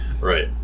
Right